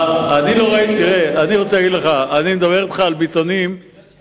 אני מדבר אתך על ביטאונים,